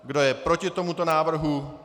Kdo je proti tomuto návrhu?